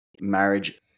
marriage